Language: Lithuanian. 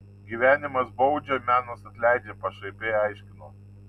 gyvenimas baudžia menas atleidžia pašaipiai aiškino